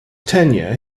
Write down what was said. tenure